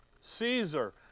Caesar